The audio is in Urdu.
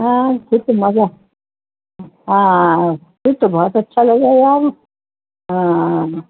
پھر تو بہت اچھا لگے گا وہ